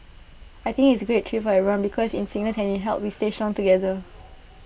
I think it's A great treat for everyone because in sickness and in health we stay strong together